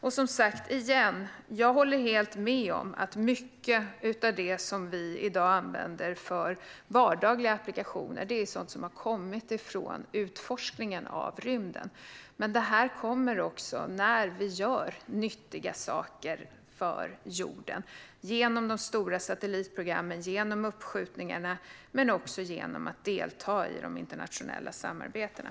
Jag håller som sagt helt med om att mycket av det som vi i dag använder för vardagliga applikationer är sådant som har kommit från utforskningen av rymden. Men detta kommer också när vi gör nyttiga saker för jorden genom de stora satellitprogrammen, genom uppskjutningarna och genom att delta i de internationella samarbetena.